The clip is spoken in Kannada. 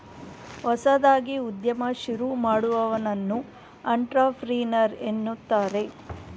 ಹೊಸದಾಗಿ ಉದ್ಯಮ ಶುರು ಮಾಡುವವನನ್ನು ಅಂಟ್ರಪ್ರಿನರ್ ಎನ್ನುತ್ತಾರೆ